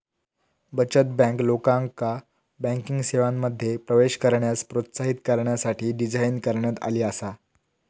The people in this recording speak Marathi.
बचत बँक, लोकांका बँकिंग सेवांमध्ये प्रवेश करण्यास प्रोत्साहित करण्यासाठी डिझाइन करण्यात आली आसा